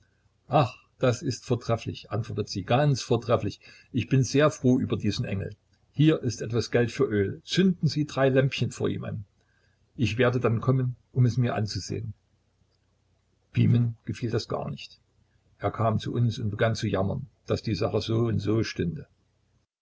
ach das ist vortrefflich antwortet sie ganz vortrefflich ich bin sehr froh über diesen engel hier ist etwas geld für öl zünden sie unbedingt drei lämpchen vor ihm an und ich werde dann kommen um es mir anzusehen pimen gefiel das gar nicht er kam zu uns und begann zu jammern daß die sache so und so stünde